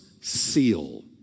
seal